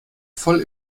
voll